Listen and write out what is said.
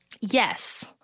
Yes